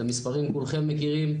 את המספרים כולכם מכירים,